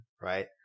right